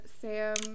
Sam